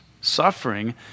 Suffering